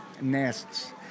nests